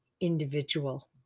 individual